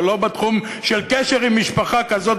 אבל לא בתחום של קשר עם משפחה כזאת,